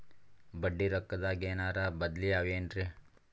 ಬಡ್ಡಿ ರೊಕ್ಕದಾಗೇನರ ಬದ್ಲೀ ಅವೇನ್ರಿ?